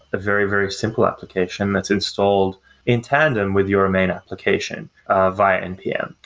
a very, very simple application that's installed in tandem with your main application ah via npm.